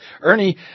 Ernie